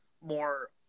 more